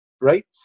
right